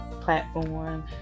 platform